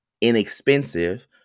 inexpensive